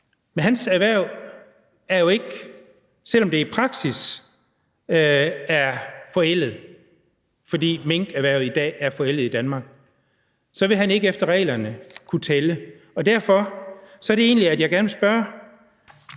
om hans erhverv i praksis er forældet, fordi minkerhvervet i dag er forældet i Danmark, så ville han ikke efter reglerne kunne tælle med. Derfor vil jeg gerne spørge